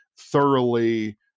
thoroughly